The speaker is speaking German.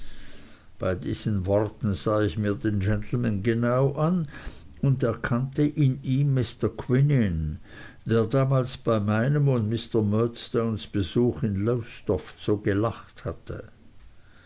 bei diesen worten sah ich mir den gentleman genauer an und erkannte in ihm mr quinion der damals bei meinem und mr murdstones besuch in lowestoft so gelacht hatte